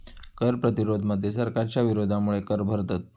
कर प्रतिरोध मध्ये सरकारच्या विरोधामुळे कर भरतत